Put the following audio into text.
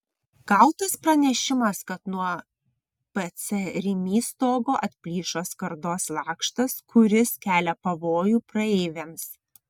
gautas pranešimas kad nuo pc rimi stogo atplyšo skardos lakštas kuris kelia pavojų praeiviams